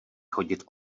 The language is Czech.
chodit